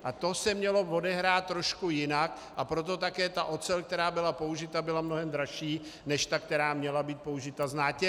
A to se mělo odehrát trošku jinak, a proto také ocel, která byla použita, byla mnohem dražší než ta, která měla být použita s nátěry.